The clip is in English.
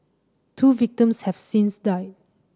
two victims have since died